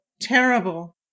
Terrible